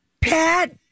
Pat